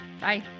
Bye